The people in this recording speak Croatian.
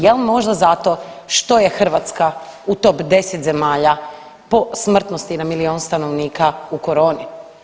Jel možda zato što je Hrvatska u top 10 zemalja po smrtnosti na milion stanovnika u Coroni?